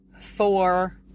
four